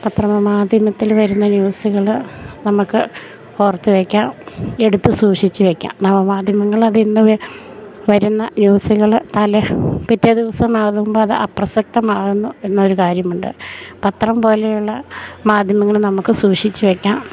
പത്രമ മാധ്യമത്തിൽ വരുന്ന ന്യൂസുകൾ നമുക്ക് ഓർത്ത് വെക്കാം എടുത്ത് സൂക്ഷിച്ച് വെക്കാം നവമാധ്യമങ്ങൾ അതിൽനിന്ന് വരുന്ന ന്യൂസുകൾ തലേ പിറ്റേ ദിവസം ആകുമ്പോൾ അത് അപ്രസക്തമാവുന്നു എന്നൊരു കാര്യമുണ്ട് പത്രം പോലെയുള്ള മാധ്യമങ്ങൾ നമുക്ക് സൂക്ഷിച്ച് വെക്കാം